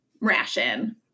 ration